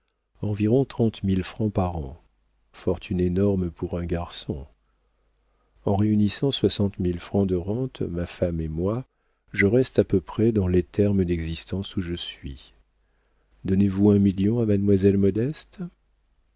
trente mille francs par an fortune énorme pour un garçon en réunissant soixante mille francs de rentes ma femme et moi je reste à peu près dans les termes d'existence où je suis donnez-vous un million à mademoiselle modeste